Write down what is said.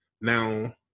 Now